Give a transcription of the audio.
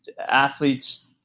athletes